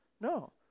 No